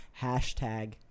Hashtag